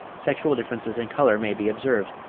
sexual differences in colour may be observed,